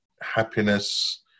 happiness